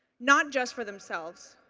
not just for themselves,